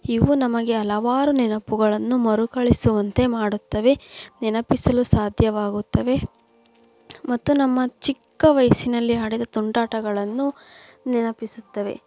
ಇವು ನಮಗೆ ಹಲವಾರು ನೆನಪುಗಳನ್ನು ಮರುಕಳಿಸುವಂತೆ ಮಾಡುತ್ತವೆ ನೆನಪಿಸಲು ಸಾಧ್ಯವಾಗುತ್ತವೆ ಮತ್ತು ನಮ್ಮ ಚಿಕ್ಕ ವಯಸ್ಸಿನಲ್ಲಿ ಆಡಿದ ತುಂಟಾಟಗಳನ್ನು ನೆನಪಿಸುತ್ತವೆ